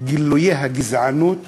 גילויי הגזענות